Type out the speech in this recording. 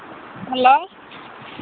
hello